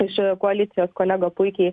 iš koalicijos kolega puikiai